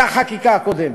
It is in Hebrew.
זו החקיקה הקודמת.